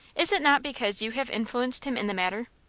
is it not because you have influenced him in the matter?